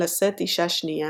לשאת אישה שנייה,